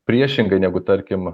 priešingai negu tarkim